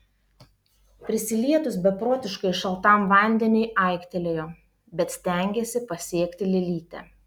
prisilietus beprotiškai šaltam vandeniui aiktelėjo bet stengėsi pasiekti lėlytę